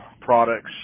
products